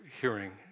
hearing